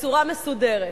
בצורה מסודרת.